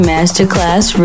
Masterclass